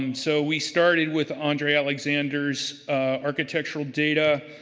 um so, we started with andre alexander's architectural data.